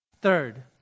Third